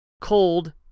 cold